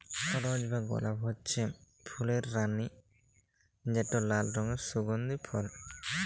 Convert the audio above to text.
রজ বা গোলাপ হছে ফুলের রালি যেট লাল রঙের সুগল্ধি ফল